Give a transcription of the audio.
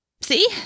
See